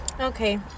Okay